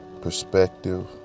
perspective